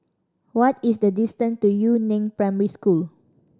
what is the distance to Yu Neng Primary School